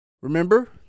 Remember